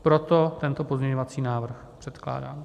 Proto tento pozměňovací návrh předkládám.